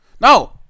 No